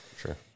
Sure